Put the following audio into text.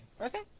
Okay